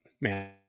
man